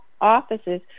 offices